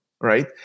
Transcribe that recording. Right